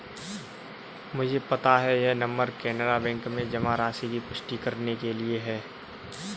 मुझे पता है यह नंबर कैनरा बैंक में जमा राशि की पुष्टि करने के लिए है